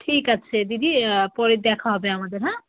ঠিক আছে দিদি পরে দেখা হবে আমাদের হ্যাঁ